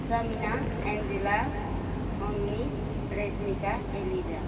Samina Angela अङ्मी Reshmika Eliza